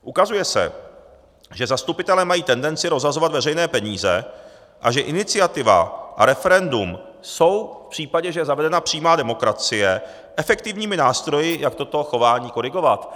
Ukazuje se, že zastupitelé mají tendenci rozhazovat veřejné peníze a že iniciativa a referendum jsou v případě, že je zavedena přímá demokracie, efektivními nástroji, jak toto chování korigovat.